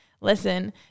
Listen